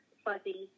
fuzzy